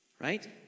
right